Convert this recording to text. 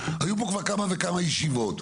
היו כאן כבר כמה וכמה ישיבות,